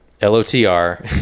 L-O-T-R